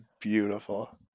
beautiful